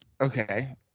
Okay